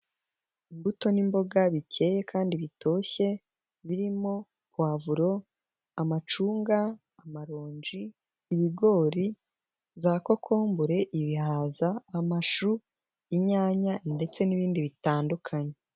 Imbuto n'imboga bikeye kandi bitoshye birimo pavuro, amacunga, amaronji, ibigori, za kokombure, ibihaza, amashu, inyanya ndetse n'ibindi bitandukanye.